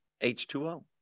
H2O